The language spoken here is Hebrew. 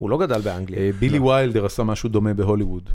הוא לא גדל באנגליה. בילי ויילדר עשה משהו דומה בהוליווד.